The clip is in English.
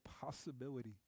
possibility